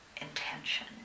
intention